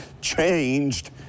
changed